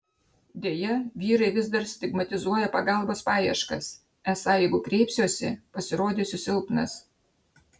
deja vyrai vis dar stigmatizuoja pagalbos paieškas esą jeigu kreipsiuosi pasirodysiu silpnas